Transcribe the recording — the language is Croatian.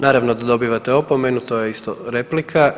Naravno da dobivate opomenu to je isto replika.